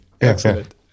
Excellent